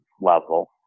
level